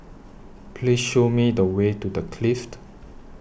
Please Show Me The Way to The Clift